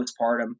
postpartum